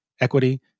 equity